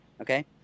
Okay